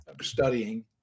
studying